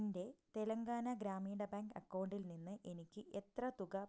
എൻ്റെ തെലങ്കാന ഗ്രാമീണ ബാങ്ക് അക്കൗണ്ടിൽ നിന്ന് എനിക്ക് എത്ര തുക പിൻവലിക്കാൻ കഴിയും